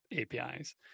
APIs